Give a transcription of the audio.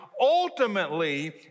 ultimately